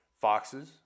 foxes